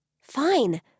Fine